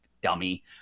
dummy